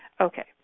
Okay